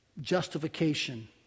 Justification